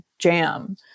jam